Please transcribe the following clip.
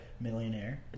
millionaire